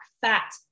fat